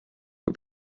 kui